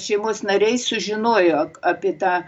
šeimos nariai sužinojo apie tą